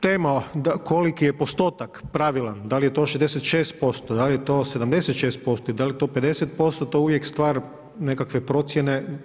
Tema koliki je postotak pravilan, da li je to 66%, da li je to 76%, da li je to 50% to je uvijek stvar nekakve procjene.